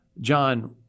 John